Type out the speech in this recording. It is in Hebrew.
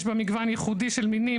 יש בה מגוון ייחודי של מינים,